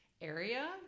area